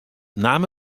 naam